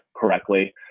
correctly